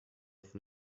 von